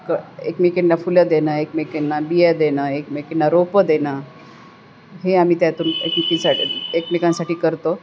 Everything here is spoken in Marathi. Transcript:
क एकमेकींना फुलं देणं एकमेकींना बिया देणं एकमेकींना रोपं देणं हे आम्ही त्यातून एकमेकींसाठी एकमेकांसाठी करतो